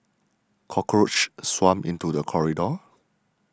cockroaches swarmed into the corridor